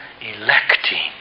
electing